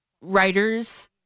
writers